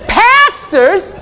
pastors